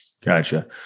Gotcha